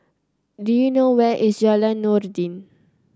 do you know where is Jalan Noordin